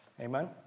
Amen